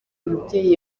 umubyeyi